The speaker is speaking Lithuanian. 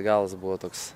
galas buvo toks